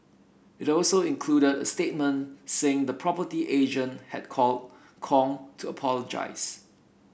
it also included a statement saying the property agent had called Kong to apologise